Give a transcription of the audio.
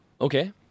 Okay